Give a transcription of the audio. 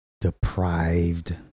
deprived